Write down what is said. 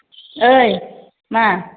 ओइ मा